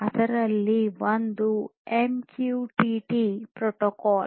ಅದರಲ್ಲಿ ಒಂದು MQTT protocol